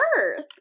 earth